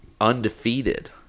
undefeated –